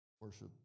worship